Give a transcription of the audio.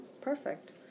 Perfect